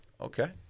Okay